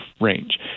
range